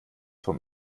vom